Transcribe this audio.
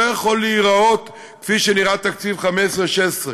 יכול להיראות כפי שנראה תקציב 15'-16'.